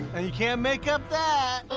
and you can't make up that.